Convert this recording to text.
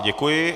Děkuji.